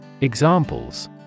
Examples